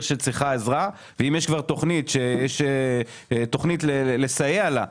שצריכה עזרה ואם יש כבר תוכנית לסייע לה,